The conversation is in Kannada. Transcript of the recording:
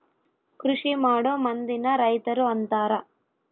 ಕೃಷಿಮಾಡೊ ಮಂದಿನ ರೈತರು ಅಂತಾರ